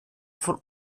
von